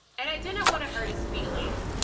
and i didn't want to hurt his feelings.